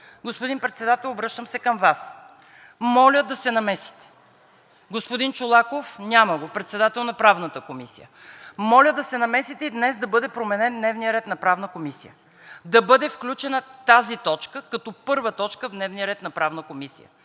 Господин Председател, обръщам се към Вас – моля да се намесите! Господин Чолаков – няма го, председател на Правната комисия. Моля да се намесите и днес да бъде променен дневният ред на Правната комисия, да бъде включена тази точка като първа точка в дневния ред на Правната комисия!